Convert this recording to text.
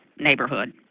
neighborhood